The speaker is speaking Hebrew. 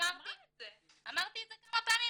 אמרתי את זה כמה פעמים.